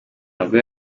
nabwo